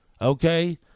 Okay